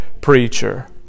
preacher